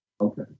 Okay